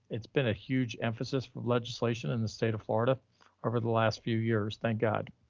it's been a huge emphasis for legislation in the state of florida over the last few years. thank god,